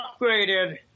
upgraded